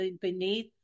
beneath